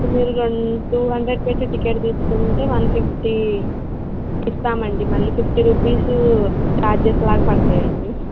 ఇప్పుడు మీరు two hundred పెట్టి టికెట్ తీసుకుంటే వన్ ఫిఫ్టీ ఇస్తామండి మళ్ళీ ఫిఫ్టీ రుపీస్ ఛార్జెస్ అలా పడతాయండి